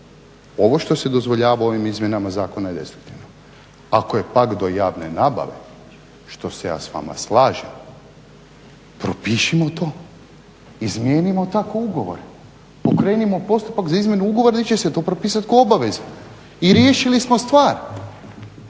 Ovo što se dozvoljava u ovim izmjenama zakona je destruktivno. Ako je pak do javne nabave, što se ja s vama slažem propišimo to, izmijenimo tako ugovore, pokrenimo postupak za izmjenu ugovora gdje će se to propisati kao obaveza i riješili smo stvar.